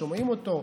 שומעים אותו,